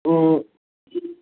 تو